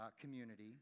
community